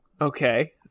Okay